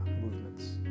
movements